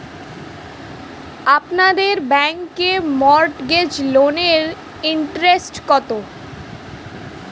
আপনাদের ব্যাংকে মর্টগেজ লোনের ইন্টারেস্ট কত?